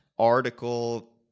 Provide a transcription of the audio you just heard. article